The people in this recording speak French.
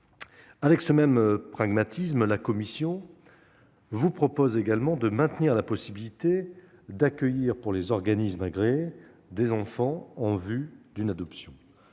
Avec ce même pragmatisme, la commission vous propose également de maintenir la possibilité pour les organismes agréés d'accueillir des enfants en vue d'une adoption.